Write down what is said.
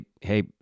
hey